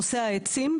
נושא העצים.